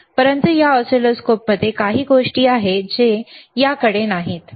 परंतु या ऑसिलोस्कोपमध्ये काही गोष्टी आहेत ज्या याकडे नाहीत